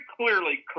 clearly